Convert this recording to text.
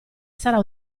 sarà